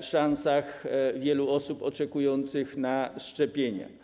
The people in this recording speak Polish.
szansach wielu osób oczekujących na szczepienia.